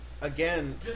Again